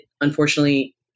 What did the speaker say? unfortunately